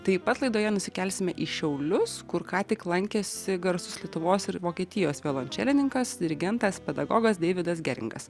taip pat laidoje nusikelsime į šiaulius kur ką tik lankėsi garsus lietuvos ir vokietijos violončelininkas dirigentas pedagogas deividas geringas